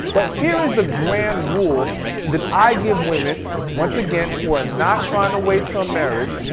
but here's the grand rule that i give women. once again, who are not trying to wait till marriage.